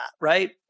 right